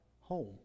home